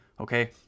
okay